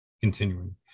Continuing